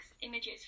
images